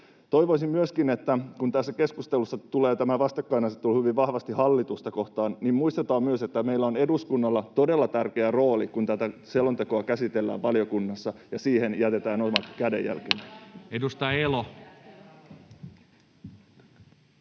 Toivoisin myöskin, että kun tässä keskustelussa tulee tämä vastakkainasettelu hyvin vahvasti hallitusta kohtaan, niin muistetaan myös, että meillä, eduskunnalla, on todella tärkeä rooli, kun tätä selontekoa käsitellään valiokunnassa ja siihen jätämme oman